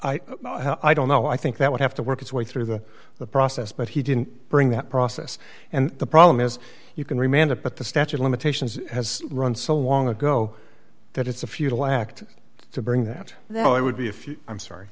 union i don't know i think that would have to work its way through the process but he didn't bring that process and the problem is you can remain that but the statue of limitations has run so long ago that it's a futile act to bring that though it would be a few i'm sorry